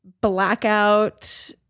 blackout